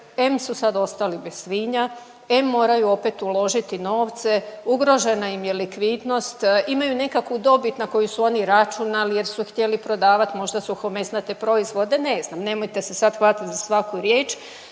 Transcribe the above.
em su sad ostali bez svinja, em moraju opet uložiti novce, ugrožena im je likvidnost, imaju nekakvu dobit na koju su oni računali jer su htjeli prodavat možda suhomesnate proizvode. Ne znam, nemojte se sad hvatat za svaku riječ,